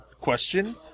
question